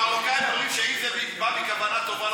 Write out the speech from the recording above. מרוקאים אומרים שאם זה בא מכוונה טובה,